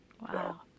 Wow